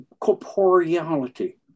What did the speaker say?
corporeality